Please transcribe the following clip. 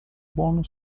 buono